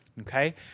Okay